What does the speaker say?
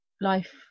life